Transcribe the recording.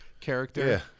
character